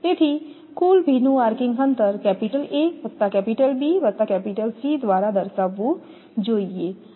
તેથી કુલ ભીનું આર્કિંગ અંતર કેપિટલ A વત્તા કેપિટલ B વત્તા કેપિટલ C દ્વારા દર્શાવવું જોઈએ